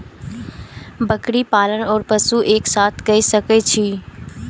बकरी पालन ओर पशु एक साथ कई सके छी?